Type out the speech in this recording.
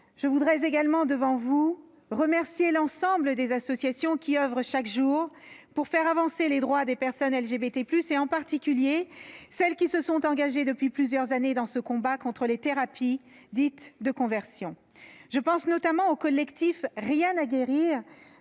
Je voudrais également, devant vous, remercier l'ensemble des associations qui oeuvrent chaque jour pour faire avancer les droits des personnes LGBT+, en particulier celles qui se sont engagées depuis plusieurs années dans ce combat contre les « thérapies de conversion ». Je pense notamment au collectif « Rien à guérir